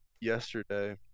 yesterday